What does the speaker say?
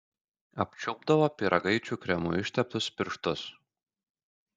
apčiulpdavo pyragaičių kremu išteptus pirštus